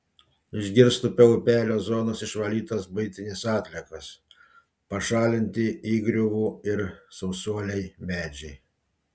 iš girstupio upelio zonos išvalytos buitinės atliekos pašalinti įgriuvų ir sausuoliai medžiai